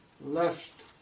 left